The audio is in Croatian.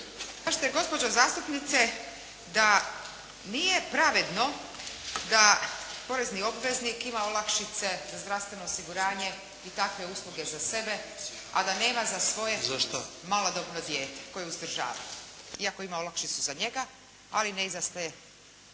Kažete gospođo zastupnice da nije pravedno da porezni obveznik ima olakšice za zdravstveno osiguranje i takve usluge za sebe, a da nema za svoje malodobno dijete koje uzdržava, iako ima olakšicu za njega, ali ne i za sve